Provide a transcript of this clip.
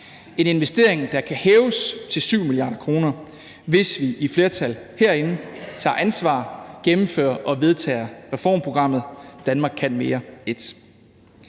en investering, der kan hæves til 7 mia. kr., hvis et flertal herinde tager ansvar og gennemfører og vedtager reformprogrammet »Danmark kan mere I«.